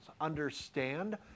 understand